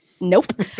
Nope